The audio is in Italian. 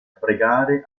pregare